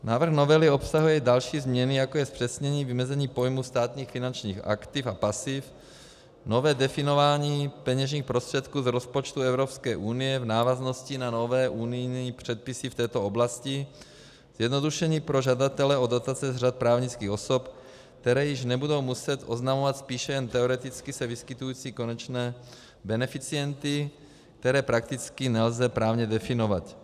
Návrh novely obsahuje další změny, jako je zpřesnění vymezení pojmu státních finančních aktiv a pasiv, nové definování peněžních prostředků z rozpočtu Evropské unie v návaznosti na nové unijní předpisy v této oblasti, zjednodušení pro žadatele o dotace z řad právnických osob, které již nebudou muset oznamovat spíše jen teoreticky se vyskytující konečné beneficienty, které prakticky nelze právně definovat.